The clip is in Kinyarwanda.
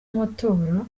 amatora